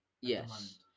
Yes